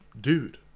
dude